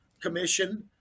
commission